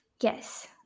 Yes